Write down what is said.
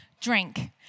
drink